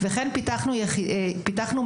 וכן פיתחנו מערכת